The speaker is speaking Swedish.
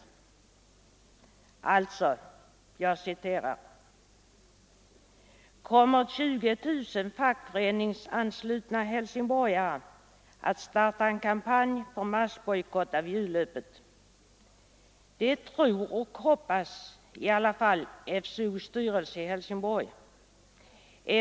Jag återger alltså följande ur artikeln i tidningen Arbetet: ”Kommer 20 000 fackföreningsanslutna helsingborgare att starta en kampanj för massbojkott av julöppet? Det tror och hoppas i alla fall FCO:s styrelse i Helsingborg.